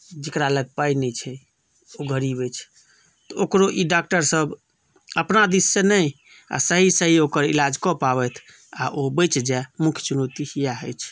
जेकरा लग पाई नहि छै ओ गरीब अछि तऽ ओकरो ई डॉक्टर सब अपना दिस सॅं नहि आ सही सही ओकर इलाज कऽ पाबथि आ ओ बचि जाय मुख्य चुनौती इएह अछि